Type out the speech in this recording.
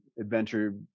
adventure